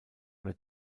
oder